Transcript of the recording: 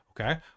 okay